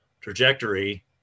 trajectory